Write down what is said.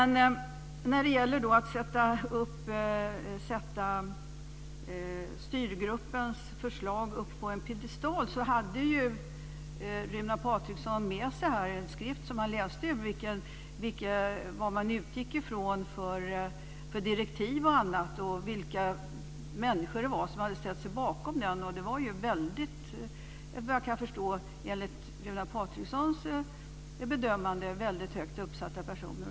När det gäller att sätta styrgruppens förslag på en piedestal hade Runar Patriksson med sig en skrift som han läste ur om vad man utgick från för direktiv och vilka människor det var som hade ställt sig bakom den. Enligt Runar Patrikssons bedömning var det väldigt högt uppsatta personer.